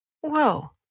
whoa